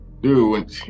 Dude